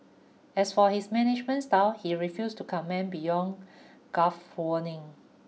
as for his management style he refuse to comment beyond gulf warning